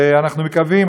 ואנחנו מקווים,